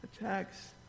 attacks